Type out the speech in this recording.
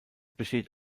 besteht